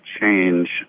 change